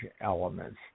elements